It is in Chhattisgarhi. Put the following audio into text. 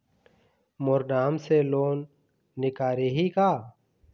मोर नाम से लोन निकारिही का?